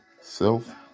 self